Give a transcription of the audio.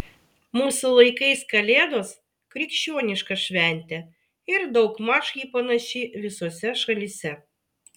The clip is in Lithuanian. mūsų laikais kalėdos krikščioniška šventė ir daugmaž ji panaši visose šalyse